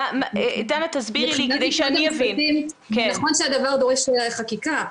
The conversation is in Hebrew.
מבחינת משרד המשפטים, נכון שהדבר דורש חקיקה.